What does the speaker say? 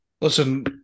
Listen